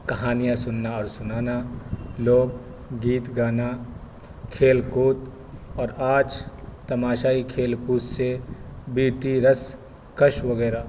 کہانیاں سننا اور سنانا لوک گیت گانا کھیل کود اور آج تماشائی کھیل کود سے بی ٹی رس کش وغیرہ